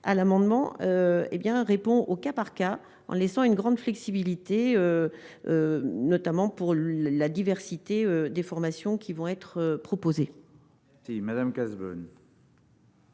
à l'amendement, hé bien, répond au cas par cas en laissant une grande flexibilité, notamment pour la diversité des formations qui vont être proposés. Si Madame Cazebonne.